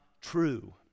true